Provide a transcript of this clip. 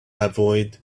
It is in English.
avoid